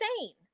insane